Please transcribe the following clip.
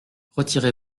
retirez